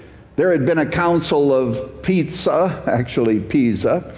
there had been a council of pizza actually pisa,